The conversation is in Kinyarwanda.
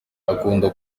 akunda